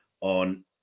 on